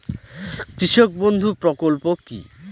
কৃষক বন্ধু প্রকল্প কি?